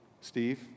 Steve